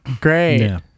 Great